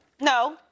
No